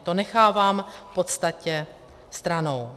To nechávám v podstatě stranou.